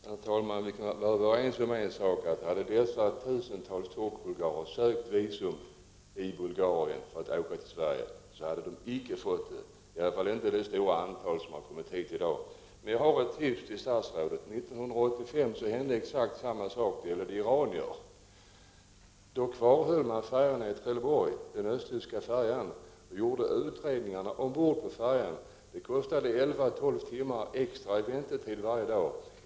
Herr talman! Vi kan vara överens om en sak: Hade dessa tusentals turkbulgarer sökt visum i Bulgarien för att åka till Sverige hade de icke fått det. Det gäller i varje fall större delen av de många turk-bulgarer som i dag har kommit till Sverige. Jag har ett tips till statsrådet. År 1985 hände exakt samma sak när det gällde iranier. Man kvarhöll då de östtyska färjorna i Trelleborg och gjorde utredningarna ombord. Det kostade 11-12 timmar extra i väntetid varje dag.